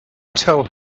tell